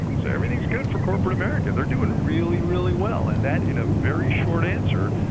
so everything's good for corporate america. they're doing really, really well. and that, in a very short answer,